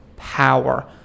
Power